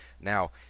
Now